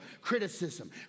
Criticism